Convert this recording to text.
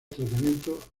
tratamiento